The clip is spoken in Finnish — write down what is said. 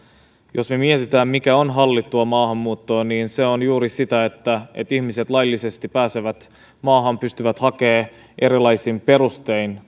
jos me mietimme mikä on hallittua maahanmuuttoa niin se on juuri sitä että ihmiset laillisesti pääsevät maahan pystyvät hakemaan erilaisin perustein